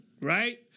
right